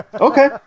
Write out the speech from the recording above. Okay